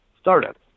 startups